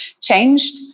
changed